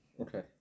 Okay